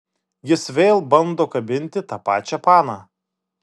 jis vėl bando kabinti tą pačią paną